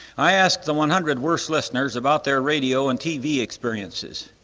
i asked the one hundred worst listeners about their radio and tv experiences.